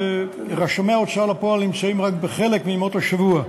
ורשמי ההוצאה לפועל נמצאים רק בחלק מימי השבוע.